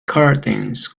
curtains